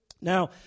Now